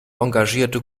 engagierte